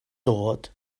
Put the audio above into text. dod